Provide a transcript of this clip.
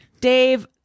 Dave